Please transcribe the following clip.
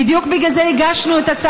בגלל זה אנחנו באות לשנות את החוק,